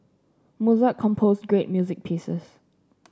Mozart composed great music pieces